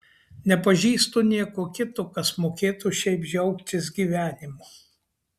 nepažįstu nieko kito kas mokėtų šiaip džiaugtis gyvenimu